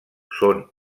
són